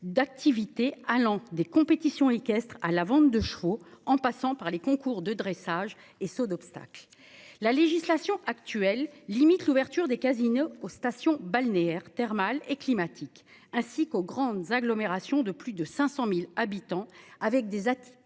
d'activités allant des compétitions équestres à la vente de chevaux en passant par les concours de dressage et saut d'obstacle. La législation actuelle limite l'ouverture des casinos aux stations balnéaires, thermales et climatiques, ainsi qu'aux grandes agglomérations de plus de 500.000 habitants, avec des activités